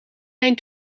mijn